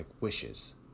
wishes